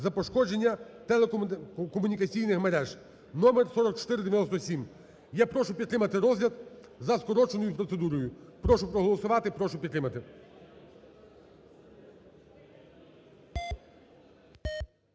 за пошкодження телекомунікаційних мереж) (номер 4497). Я прошу підтримати розгляд за скороченою процедурою. Прошу проголосувати, прошу підтримати.